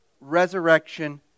resurrection